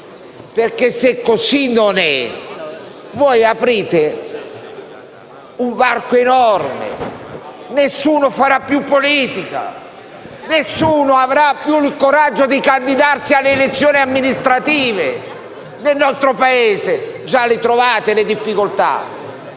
perché, se così non è, aprite un varco enorme. Nessuno farà più politica. Nessuno avrà più il coraggio di candidarsi alle elezioni amministrative nel nostro Paese. Già così trovate difficoltà.